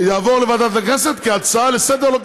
יעבור לוועדת הכנסת כהצעה לסדר-היום,